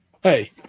hey